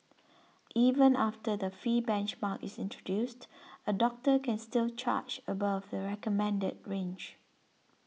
even after the fee benchmark is introduced a doctor can still charge above the recommended range